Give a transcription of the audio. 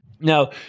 Now